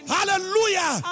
Hallelujah